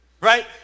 Right